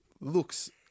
looks